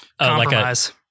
compromise